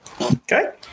Okay